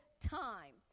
time